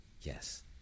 yes